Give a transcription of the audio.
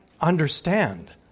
understand